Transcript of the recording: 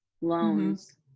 loans